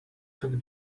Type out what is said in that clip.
took